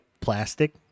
plastic